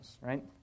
right